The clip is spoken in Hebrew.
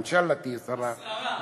אינשאללה תהיי שרה,